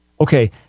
Okay